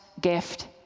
gift